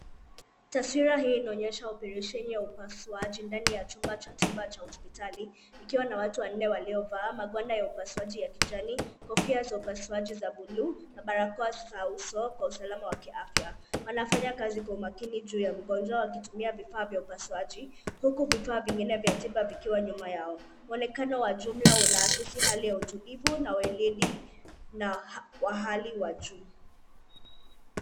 Taswira hii inaonyesha oparesheni ya upasuaji ndani ya chumba cha tiba cha hospitali ikiwa na watu wanne waliovaa magwanda ya upasuaji ya kijani, kofia za upasuaji za buluu na barakoa za uso kwa usalama wa kiafya. Wanafanya kazi kwa makini juu ya mgonjwa wakitumia vifaa vya upasuaji huku vifaa vingine vya tiba vikiwa nyuma yao. Mwonekano wa jumla unaakisi hali ya utulivu na weledi na wa hali wa juu.